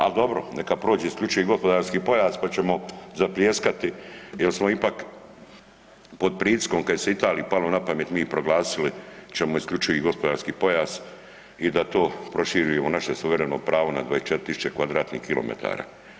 Ali dobro, neka prođe isključivi gospodarski pojas pa ćemo zapljeskati jer smo ipak pod pritiskom kad se Italiji palo na pamet mi se proglasili isključivi gospodarski pojas i da to proširi naše suvereno pravo na 24 tisuće kvadratnih kilometara.